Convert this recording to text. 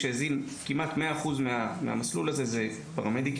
שהזין כמעט מאה אחוז מהמסלול הזה זה פרמדיקים.